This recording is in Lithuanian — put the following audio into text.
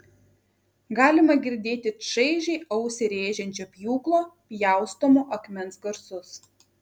galima girdėti čaižiai ausį rėžiančio pjūklo pjaustomo akmens garsus